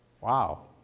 Wow